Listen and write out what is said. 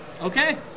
Okay